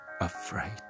afraid